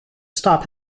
stop